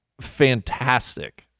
Fantastic